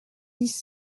dix